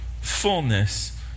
fullness